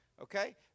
Okay